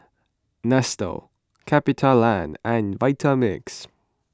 Nestle CapitaLand and Vitamix